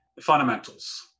fundamentals